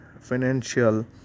financial